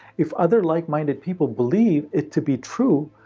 if other like-minded people believe it to be true,